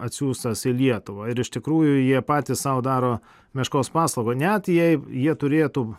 atsiųstas į lietuvą ir iš tikrųjų jie patys sau daro meškos paslaugą net jei jie turėtų